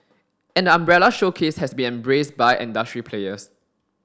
and the umbrella showcase has been embraced by industry players